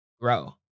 Grow